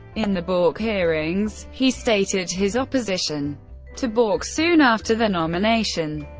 in the bork hearings, he stated his opposition to bork soon after the nomination,